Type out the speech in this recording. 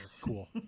Cool